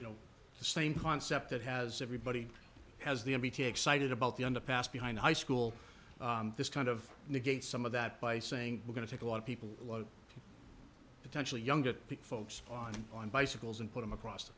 you know the same concept that has everybody has the m b t excited about the underpass behind high school this kind of negates some of that by saying we're going to take a lot of people potentially younger folks on on bicycles and put them across